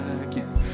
again